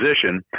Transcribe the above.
position